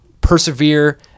persevere